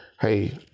Hey